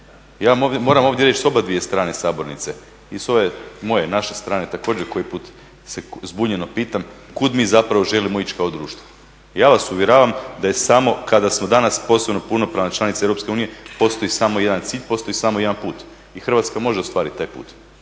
Ja vam ovdje moram reći sa oba dvije strane sabornice i sa ove moje, naše strane također koji put se zbunjeno pitam kud mi zapravo želimo ići kao društvo. Ja vas uvjeravam da je samo kada smo danas postali punopravna članica EU postoji samo jedan cilj, postoji samo jedan put i Hrvatska može ostvarit taj put.